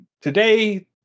today